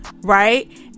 right